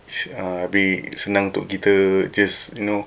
s~ uh habis senang untuk kita just you know